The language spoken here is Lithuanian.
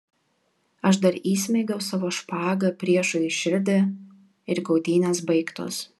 aš dar įsmeigiau savo špagą priešui į širdį ir kautynės baigtos